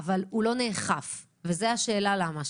אבל הוא לא נאכף, והשאלה היא למה.